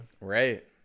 Right